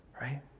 right